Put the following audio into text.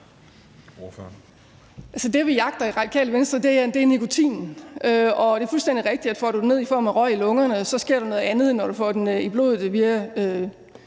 det, vi jagter i Radikal Venstre, er nikotinen, og det er fuldstændig rigtigt, at får du den ned i form af røg i lungerne, sker der noget andet, end når du får den i blodet